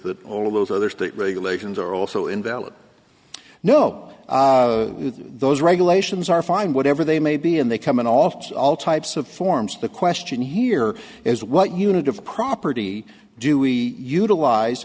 that all of those other state regulations are also invalid you know those regulations are fine whatever they may be and they come in off all types of forms the question here is what unit of property do we utilize